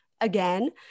again